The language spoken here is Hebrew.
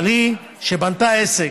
אבל היא, שבנתה עסק,